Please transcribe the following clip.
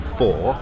four